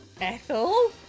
Ethel